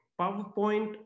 PowerPoint